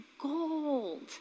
gold